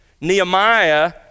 Nehemiah